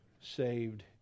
saved